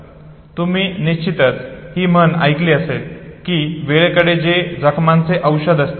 तुम्ही निश्चितच ही म्हण ऐकली असेल की वेळेकडे सर्व जखमांचे औषध असते